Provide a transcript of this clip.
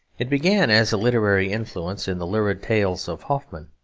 it began as a literary influence, in the lurid tales of hoffmann,